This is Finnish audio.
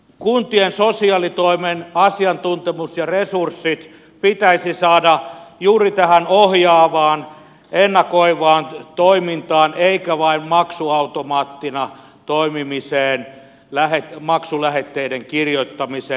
kuntien sosiaalitoimen asiantuntemus ja resurssit pitäisi saada juuri tähän ohjaavaan ennakoivaan toimintaan eikä vain maksuautomaattina toimimiseen maksulähetteiden kirjoittamiseen